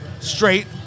Straight